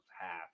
half